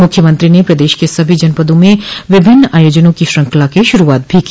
मुख्यमंत्री ने प्रदेश के सभी जनपदों में विभिन्न आयोजनों की श्रृंखला की शुरूआत भी की